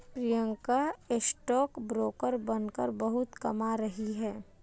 Priyanka stock broker बनकर बहुत कमा रही है